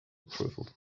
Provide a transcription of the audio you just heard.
approval